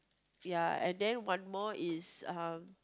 ya and then one more is uh